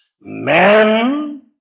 Man